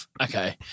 Okay